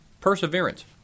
Perseverance